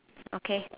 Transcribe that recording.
okay